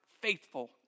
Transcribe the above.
faithful